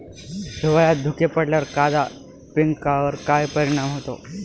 हिवाळ्यात धुके पडल्यावर कांदा पिकावर काय परिणाम होतो?